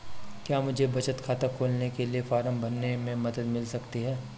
क्या मुझे बचत खाता खोलने के लिए फॉर्म भरने में मदद मिल सकती है?